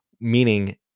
meaning